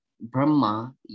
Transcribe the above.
Brahma